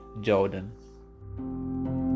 Jordan